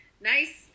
nice